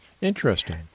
Interesting